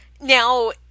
Now